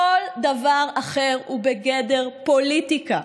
כל דבר אחר הוא בגדר פוליטיקה.